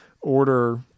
order